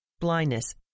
blindness